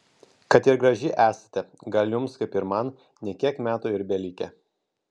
kad ir graži esate gal jums kaip ir man ne kiek metų ir belikę